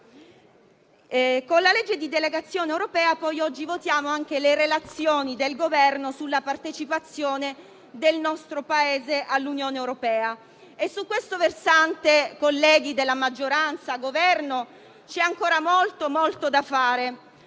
Con la legge di delegazione europea votiamo oggi anche le relazioni del Governo sulla partecipazione del nostro Paese all'Unione europea. Su questo versante, colleghi della maggioranza e Governo, c'è veramente ancora molto da fare.